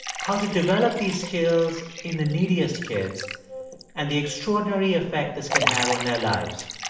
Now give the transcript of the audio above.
how to develop these skills in the neediest kids and the extraordinary effect this can have on their lives